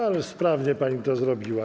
Ale sprawnie pani to zrobiła.